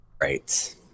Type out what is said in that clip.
Right